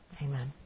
Amen